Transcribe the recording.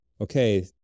okay